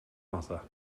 mother